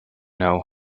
know